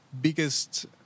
biggest